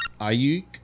Ayuk